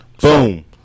Boom